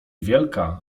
wielka